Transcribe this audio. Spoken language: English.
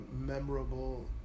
memorable